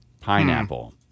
Pineapple